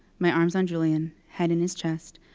my arms on julian, head in his chest.